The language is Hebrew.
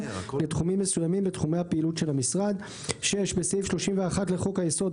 לתחומים מסוימים בתחומי הפעילות של המשרד." 6. בסעיף 31 לחוק היסוד,